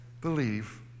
believe